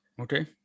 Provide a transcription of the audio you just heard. okay